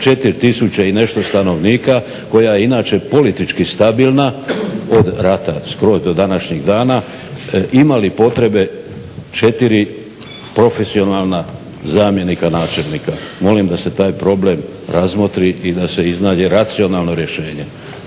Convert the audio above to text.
4000 i nešto stanovnika koja je inače politički stabilna od rata skroz do današnjeg dana ima li potrebe 4 profesionalna zamjenika načelnika. Molim da se taj problem razmotri i da se iznađe racionalno rješenje.